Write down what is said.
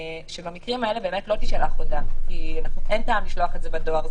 ושבמקרים האלה לא תישלח הודעה כי אין טעם לשלוח את זה בדואר,